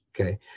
okay